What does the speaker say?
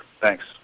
Thanks